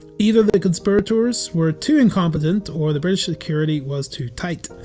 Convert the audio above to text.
either the conspiritors were too incompetent or the british security was too tight.